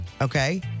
Okay